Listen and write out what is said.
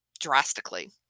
drastically